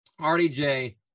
rdj